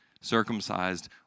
circumcised